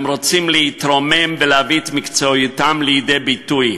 הם רוצים להתרומם ולהביא את מקצועיותם לידי ביטוי.